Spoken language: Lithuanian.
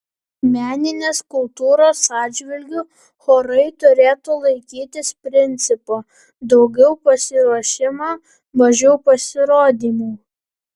meninės kultūros atžvilgiu chorai turėtų laikytis principo daugiau pasiruošimo mažiau pasirodymų